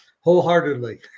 wholeheartedly